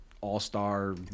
all-star